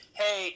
hey